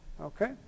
Okay